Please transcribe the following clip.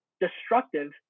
destructive